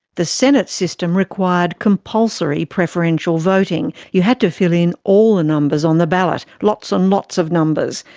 the senate system required compulsory preferential voting. you had to fill in all the numbers on the ballot, lots and lots of numbers,